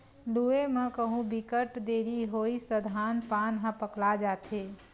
लूए म कहु बिकट देरी होइस त धान पान ह पकला जाथे